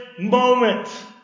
moment